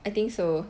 I think so